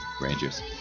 Rangers